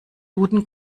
duden